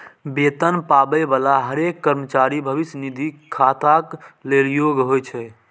वेतन पाबै बला हरेक कर्मचारी भविष्य निधि खाताक लेल योग्य होइ छै